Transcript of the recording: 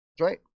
right